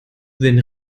wenn